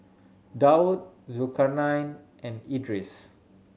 Daud Zulkarnain and Idris